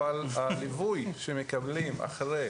אבל הליווי שמקבלים אחרי